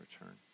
return